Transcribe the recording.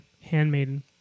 Handmaiden